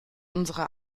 unsere